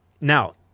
Now